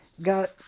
got